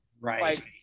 right